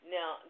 Now